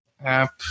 app